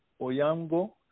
Oyango